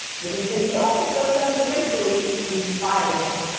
but then if they don't hit those numbers eventually, we fire them.